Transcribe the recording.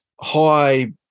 high